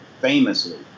famously